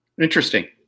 Interesting